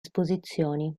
esposizioni